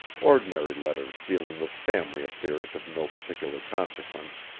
ordinary letters dealing with family affairs of no particular consequence,